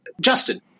Justin